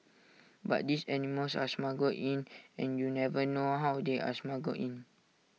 but these animals are smuggled in and you never know how they are smuggled in